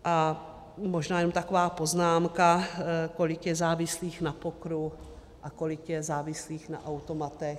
A možná jenom taková poznámka kolik je závislých na pokeru a kolik je závislých na automatech.